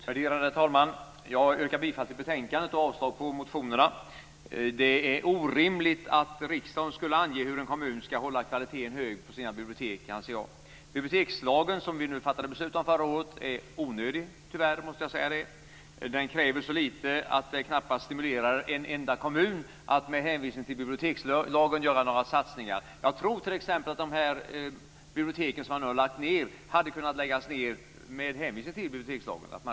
Värderade talman! Jag yrkar bifall till utskottets hemställan och avslag på motionerna. Det är orimligt att riksdagen skulle ange hur en kommun skall hålla kvaliteten hög på sina bibliotek. Bibliotekslagen, som vi fattade beslut om förra året, är tyvärr onödig. Den kräver så litet att den knappast stimulerar en enda kommun att med hänvisning till bibliotekslagen göra några satsningar. Jag tror att t.ex. de bibliotek som lagts ned hade kunnat läggas ned med hänvisning till bibliotekslagen.